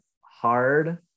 hard